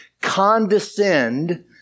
condescend